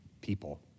people